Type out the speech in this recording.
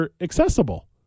accessible